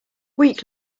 week